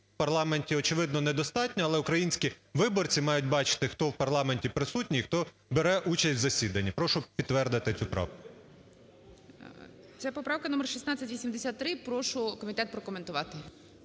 у парламенті, очевидно, недостатньо, але українські виборці мають бачити, хто у парламенті присутній, хто бере участь у засіданні. Прошу підтвердити цю правку. ГОЛОВУЮЧИЙ. Ця поправка номер 1683, прошу комітет прокоментувати.